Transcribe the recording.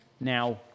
now